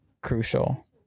crucial